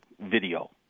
video